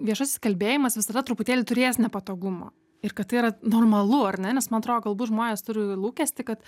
viešasis kalbėjimas visada truputėlį turės nepatogumo ir kad tai yra normalu ar ne nes man atrodo galbūt žmonės turi lūkestį kad